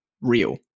real